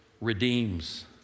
redeems